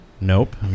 Nope